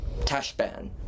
Tashban